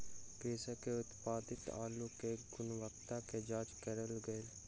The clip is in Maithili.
कृषक के उत्पादित अल्लु के गुणवत्ता के जांच कएल गेल